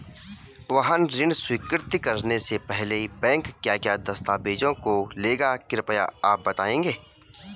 वाहन ऋण स्वीकृति करने से पहले बैंक क्या क्या दस्तावेज़ों को लेगा कृपया आप बताएँगे?